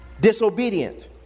disobedient